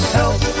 help